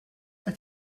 qed